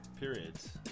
periods